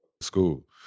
school